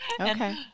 Okay